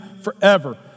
forever